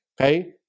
okay